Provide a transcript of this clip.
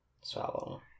Swallow